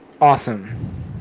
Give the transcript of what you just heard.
awesome